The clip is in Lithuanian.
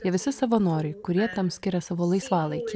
jie visi savanoriai kurie tam skiria savo laisvalaikį